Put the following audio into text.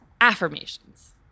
affirmations